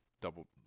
double